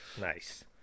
Nice